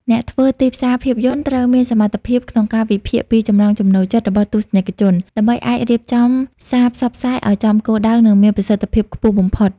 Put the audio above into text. អ្នកធ្វើទីផ្សារភាពយន្តត្រូវមានសមត្ថភាពក្នុងការវិភាគពីចំណង់ចំណូលចិត្តរបស់ទស្សនិកជន ដើម្បីអាចរៀបចំសារផ្សព្វផ្សាយឱ្យចំគោលដៅ និងមានប្រសិទ្ធភាពខ្ពស់បំផុត។